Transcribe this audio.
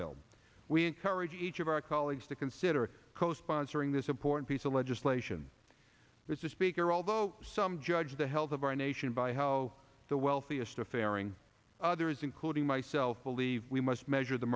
bill we encourage each of our colleagues to consider co sponsoring this important piece of legislation there's a speaker although some judge the health of our nation by how the wealthiest of fairing others including myself believe we must measure the